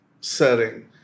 setting